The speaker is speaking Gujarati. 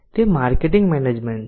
તે માર્કેટિંગ મેનેજમેન્ટ છે